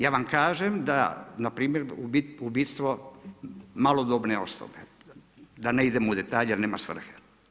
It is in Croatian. Ja vam kažem da npr. ubistvo malodobne osobe, da ne idem u detalje jer nema svrhe.